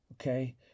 Okay